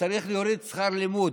צריך להוריד את שכר הלימוד.